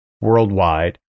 worldwide